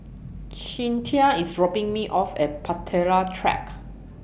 Cinthia IS dropping Me off At Bahtera Track